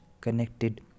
connected